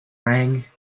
rang